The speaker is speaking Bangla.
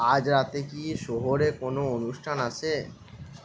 আজ রাতে কি শহরে কোনও অনুষ্ঠান আছে